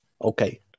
Okay